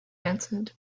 answered